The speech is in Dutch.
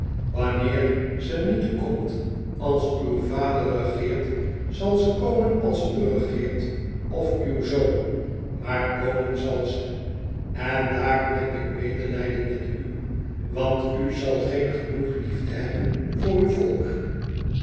wanneer ze niet komt als uw vader regeert zal ze komen als u regeert of uw zoon maar komen zal ze en daarom heb ik medelijden met u want u zal geen genoeg liefde hebben voor uw volk